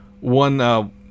one